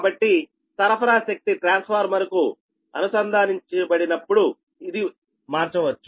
కాబట్టి సరఫరా శక్తి ట్రాన్స్ఫార్మర్కు అనుసంధానించబడినప్పుడు అది మారవచ్చు